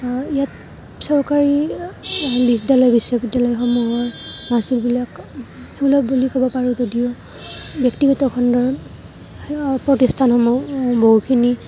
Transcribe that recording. ইয়াত চৰকাৰী বিদ্যালয় বিশ্ববিদ্যালয়সমূহৰ মাচুলবিলাক সুলভ বুলি ক'ব পাৰোঁ যদিও ব্যক্তিগত খণ্ডৰ সেয়া প্ৰতিষ্ঠানসমূহ বহুখিনি